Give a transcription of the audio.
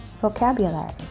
vocabulary